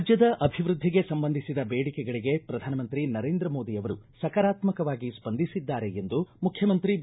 ರಾಜ್ಞದ ಅಭಿವೃದ್ದಿಗೆ ಸಂಬಂಧಿಸಿದ ಬೇಡಿಕೆಗಳಗೆ ಪ್ರಧಾನಮಂತ್ರಿ ನರೇಂದ್ರ ಮೋದಿ ಅವರು ಸಕಾರಾತ್ಕವಾಗಿ ಸ್ಪಂದಿಸಿದ್ದಾರೆ ಎಂದು ಮುಖ್ಯಮಂತ್ರಿ ಬಿ